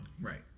Right